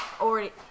already